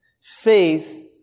Faith